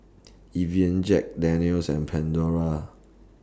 Evian Jack Daniel's and Pandora